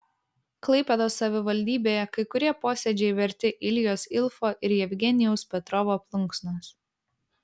klaipėdos savivaldybėje kai kurie posėdžiai verti iljos ilfo ir jevgenijaus petrovo plunksnos